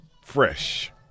fresh